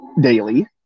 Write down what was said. daily